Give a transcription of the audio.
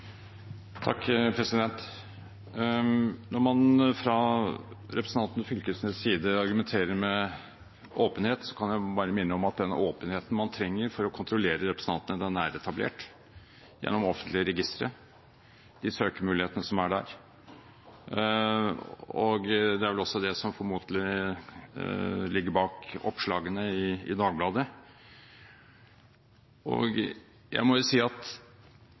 Fylkesnes’ side argumenterer med åpenhet, kan jeg bare minne om at den åpenheten man trenger for å kontrollere representantene, den er etablert gjennom offentlige registre og de søkemulighetene som er der. Det er vel også det som formodentlig ligger bak oppslagene i Dagbladet. Jeg må si at i den medieomtalen knytter det seg jo ikke et fnugg av antydning om at